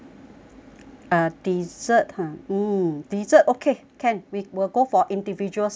ah desert ha mm dessert okay can we will go for individual serving then